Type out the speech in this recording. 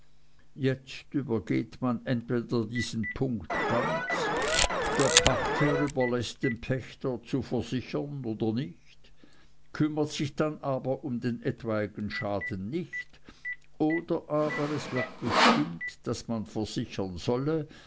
jetzt übergeht man entweder diesen punkt ganz der pachtherr überläßt dem pächter zu versichern oder nicht kümmert sich dann aber um den etwaigen schaden nicht oder aber es wird bestimmt daß man versichern solle